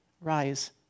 rise